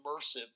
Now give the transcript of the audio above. immersive